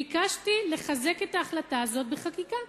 ביקשתי לחזק את ההחלטה הזו בחקיקה.